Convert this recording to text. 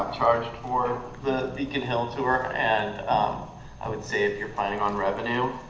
um charged for the beacon hill tour. and i would say if you're planning on revenue,